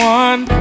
one